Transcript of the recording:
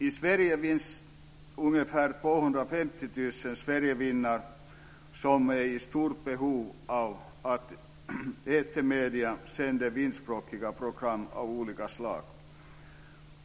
I Sverige finns ungefär 250 000 sverigefinnar som är i stort behov av att etermedierna sänder finskspråkiga program av olika slag.